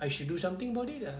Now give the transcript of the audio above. I should do something about it lah